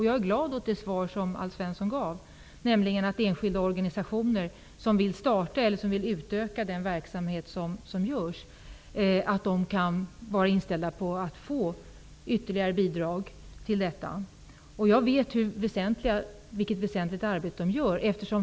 Jag är glad åt det svar som Alf Svensson gav, nämligen att enskilda organisationer som vill starta eller utöka sin verksamhet kan få ytterligare bidrag. Jag vet vilket väsentligt arbete de utför.